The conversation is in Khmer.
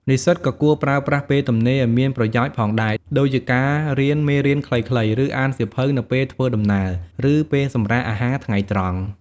និស្សិតក៏គួរប្រើប្រាស់ពេលទំនេរឲ្យមានប្រយោជន៍ផងដែរ ដូចជាការរៀនមេរៀនខ្លីៗ ឬអានសៀវភៅនៅពេលធ្វើដំណើរ ឬពេលសម្រាកអាហារថ្ងៃត្រង់។